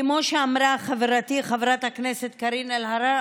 כמו שאמרה חברתי חברת הכנסת קארין אלהרר,